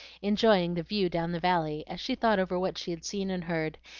enjoying the view down the valley, as she thought over what she had seen and heard,